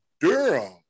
Durham